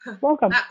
welcome